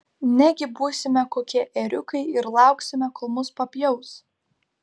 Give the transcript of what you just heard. negi būsime kokie ėriukai ir lauksime kol mus papjaus